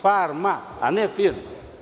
Farma, a ne firma.